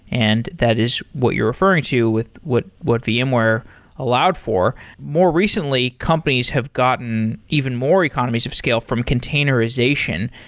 and that is what you're referring to with what what vmware allowed for. more recently, companies have gotten even more economies of scale from containerization.